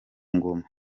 ngoma